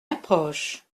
approche